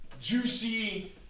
juicy